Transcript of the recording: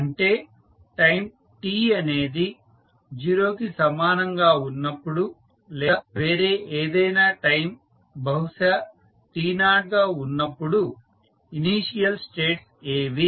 అంటే time t అనేది 0 కి సమానం గా ఉన్నప్పుడు లేదా వేరే ఏదైనా టైం బహుశా t0 గా ఉన్నప్పుడు ఇనీషియల్ స్టేట్స్ ఏవి